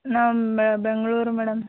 ನಾವ್ ಬೆಂಗಳೂರು ಮೇಡಮ್